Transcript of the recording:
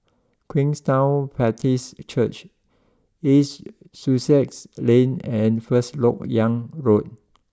Queenstown Baptist Church East Sussex Lane and first Lok Yang Road